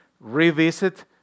revisit